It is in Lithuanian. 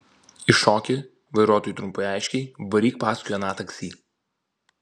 įšoki vairuotojui trumpai aiškiai varyk paskui aną taksi